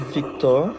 Victor